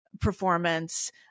performance